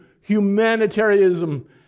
humanitarianism